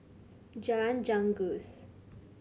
Jalan Janggus